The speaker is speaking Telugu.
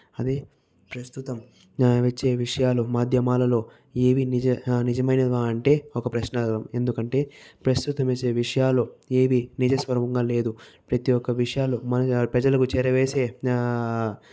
అదే ప్రస్తుతం న్యాయవిచ్చే విషయాలు మాధ్యమాలలో ఏవి నిజ నిజమైనవా అంటే ఒక ప్రశ్నార్హం ఎందుకంటే ప్రస్తుత విషయాలు ఏవి నిజస్వరూపంగా లేదు ప్రతి ఒక్క విషయాలు మన ప్రజలకు చేరవేసే